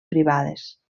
privades